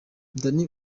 danny